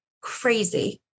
Crazy